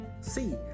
See